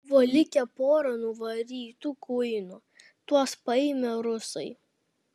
buvo likę pora nuvarytų kuinų tuos paėmę rusai